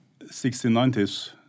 1690s